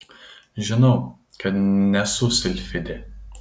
žinau kad nesu silfidė